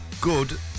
Good